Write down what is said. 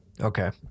Okay